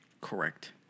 correct